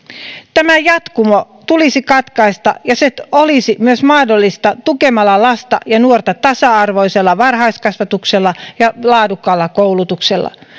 tämä jatkumo tulisi katkaista ja se olisi myös mahdollista tukemalla lasta ja nuorta tasa arvoisella varhaiskasvatuksella ja laadukkaalla koulutuksella